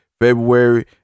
February